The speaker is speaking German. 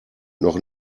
noch